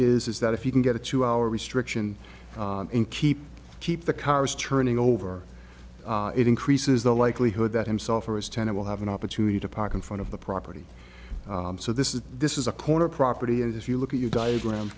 point is that if you can get a two hour restriction in keep keep the cars turning over it increases the likelihood that himself or his tenure will have an opportunity to park in front of the property so this is this is a corner property and if you look at your diagram